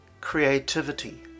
creativity